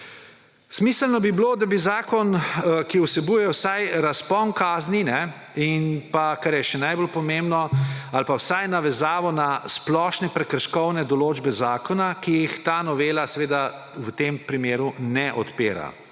Smiselno bi bilo, da zakon vsebuje vsaj razpon kazni in pa, kar je še najbolj pomembno, vsaj navezavo na splošne prekrškovne določbe zakona, ki jih ta novela v tem primeru ne odpira.